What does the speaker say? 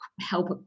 help